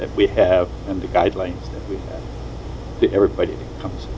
that we have and the guidelines that everybody comes